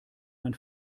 mein